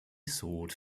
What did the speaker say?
soared